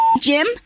Jim